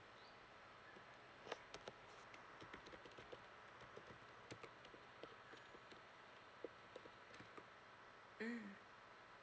mm